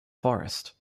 forest